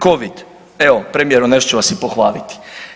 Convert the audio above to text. Covid, evo premijeru nešto ću vas i pohvaliti.